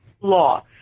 law